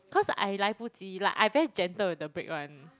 cause I 来不及 like I very gentle with the brake [one]